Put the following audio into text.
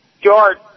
George